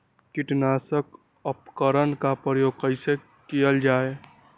किटनाशक उपकरन का प्रयोग कइसे कियल जाल?